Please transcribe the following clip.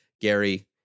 Gary